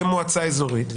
במועצה אזורית,